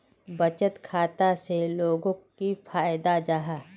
बचत खाता से लोगोक की फायदा जाहा?